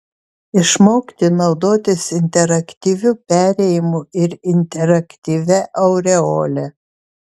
išmokti naudotis interaktyviu perėjimu ir interaktyvia aureole